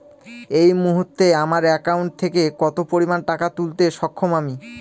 এই মুহূর্তে আমার একাউন্ট থেকে কত পরিমান টাকা তুলতে সক্ষম আমি?